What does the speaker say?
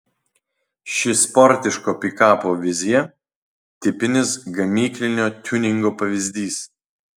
ši sportiško pikapo vizija tipinis gamyklinio tiuningo pavyzdys